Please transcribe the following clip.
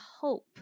hope